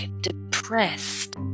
depressed